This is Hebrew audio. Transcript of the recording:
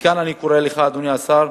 כאן אני קורא לך, אדוני השר,